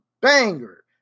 banger